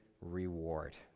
reward